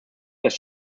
dass